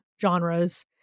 genres